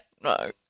no